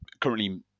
currently